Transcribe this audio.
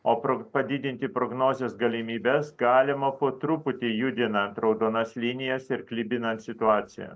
o pro padidinti prognozes galimybes galima po truputį judinant raudonas linijas ir klibinant situaciją